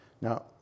Now